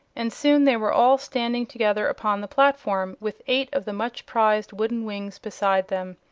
and soon they were all standing together upon the platform, with eight of the much prized wooden wings beside them.